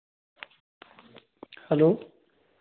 hello